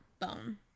bone